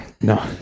No